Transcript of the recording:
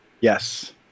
yes